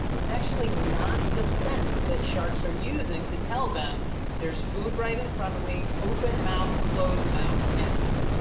is actually not the sense that sharks are using to tell them there's food right in front of me. open mouth, close mouth now.